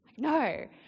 No